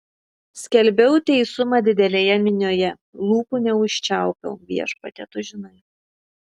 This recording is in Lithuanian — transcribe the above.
skelbiau teisumą didelėje minioje lūpų neužčiaupiau viešpatie tu žinai